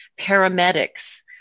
paramedics